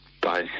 Bye